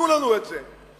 תנו לנו את זה.